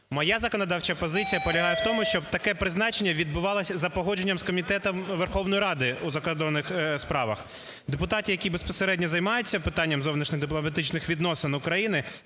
Моя законодавча позиція полягає в тому, щоб таке призначення відбувалося за погодженням з Комітетом Верховної Ради у закордонних справах. Депутат, який безпосередньо займається питанням зовнішньо-дипломатичних відносин України,